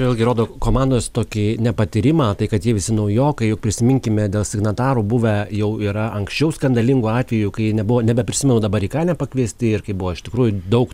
vėlgi rodo komandos tokį nepatyrimą tai kad jie visi naujokai juk prisiminkime dėl signatarų buvę jau yra anksčiau skandalingų atvejų kai nebuvo nebeprisimenu dabar į ką nepakviesti ir kai buvo iš tikrųjų daug